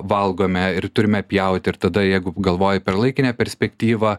valgome ir turime pjauti ir tada jeigu galvoji per laikinę perspektyvą